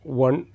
one